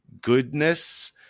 goodness